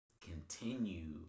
continue